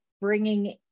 bringing